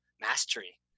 mastery